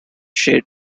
said